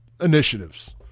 initiatives